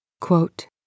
Quote